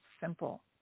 simple